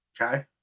Okay